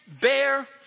bear